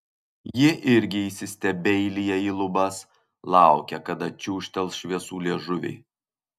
ji irgi įsistebeilija į lubas laukia kada čiūžtels šviesų liežuviai